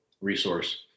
resource